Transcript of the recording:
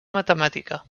matemàtica